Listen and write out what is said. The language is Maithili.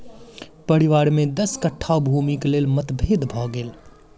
परिवार में दस कट्ठा भूमिक लेल मतभेद भ गेल